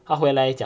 他回来讲